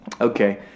Okay